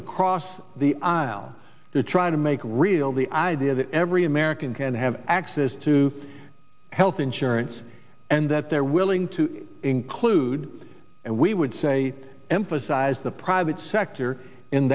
across the aisle to try to make real the idea that every american can have access to health insurance and that they're willing to include and we would say emphasize the private sector in